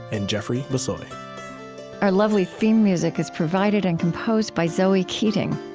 and jeffrey bissoy our lovely theme music is provided and composed by zoe keating.